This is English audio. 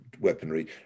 weaponry